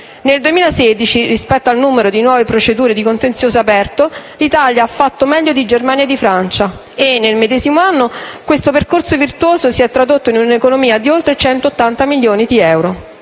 Nel 2016, rispetto al numero di nuove procedure di contenzioso aperto, l'Italia ha fatto meglio di Germania e Francia e nel medesimo anno questo percorso virtuoso si è tradotto in un'economia di oltre 180 milioni di euro.